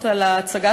מסמך,